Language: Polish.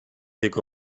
jego